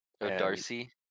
Darcy